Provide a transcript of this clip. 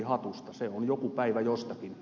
se on joku päivä jostakin